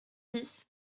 dix